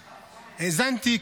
האזנתי,